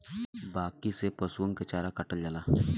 बांकी से पसुअन के चारा काटल जाला